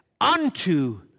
unto